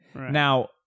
Now